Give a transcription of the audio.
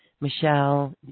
Michelle